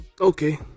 Okay